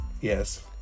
Yes